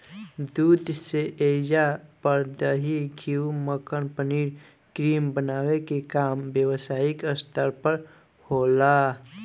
दूध से ऐइजा पर दही, घीव, मक्खन, पनीर, क्रीम बनावे के काम व्यवसायिक स्तर पर होला